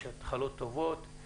יש התחלות טובות,